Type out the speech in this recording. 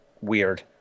weird